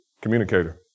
communicator